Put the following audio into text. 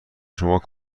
شما